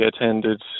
attended